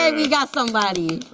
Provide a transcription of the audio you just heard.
and we got somebody!